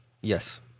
Yes